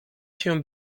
się